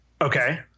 Okay